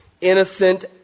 innocent